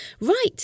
Right